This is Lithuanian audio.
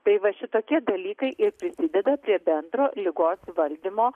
tai va šitokie dalykai ir prisideda prie bendro ligos valdymo